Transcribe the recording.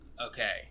okay